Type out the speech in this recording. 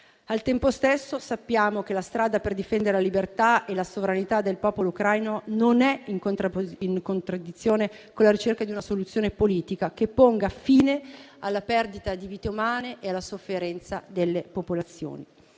Al tempo stesso sappiamo che la strada per difendere la libertà e la sovranità del popolo ucraino non è in contraddizione con la ricerca di una soluzione politica che ponga fine alla perdita di vite umane e alla sofferenza delle popolazioni.